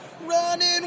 Running